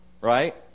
right